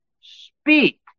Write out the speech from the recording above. Speak